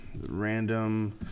Random